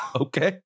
Okay